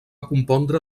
compondre